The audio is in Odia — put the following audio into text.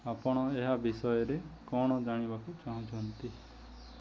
ଆପଣ ଏହା ବିଷୟରେ କ'ଣ ଜାଣିବାକୁ ଚାହୁଁଛନ୍ତି